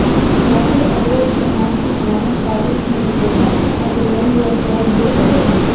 jeigu eurą iš vienos kišenės perdėsime į kitą ar joje jau atsiras du eurai